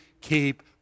keep